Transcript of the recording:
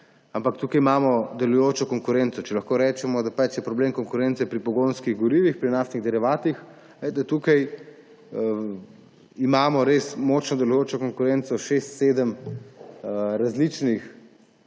Ampak tukaj imamo delujočo konkurenco. Če lahko rečemo, da je problem konkurence pri pogonskih gorivih, pri naftnih derivatih, imamo tukaj res močno delujočo konkurenco, šest, sedem različnih